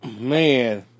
Man